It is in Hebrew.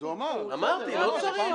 אמרתי, לא צריך.